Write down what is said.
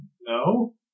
No